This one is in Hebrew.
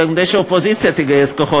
גם כדי שאופוזיציה תגייס כוחות.